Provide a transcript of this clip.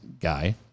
guy